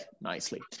Nicely